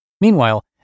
Meanwhile